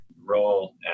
role